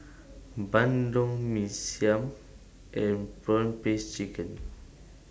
Bandung Mee Siam and Prawn Paste Chicken